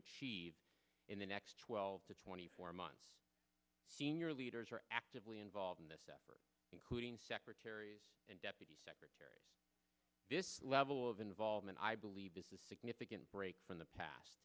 achieve in the next twelve to twenty four months senior leaders are actively involved in this effort including secretaries and deputy secretaries this level of involvement i believe this is a significant break from the past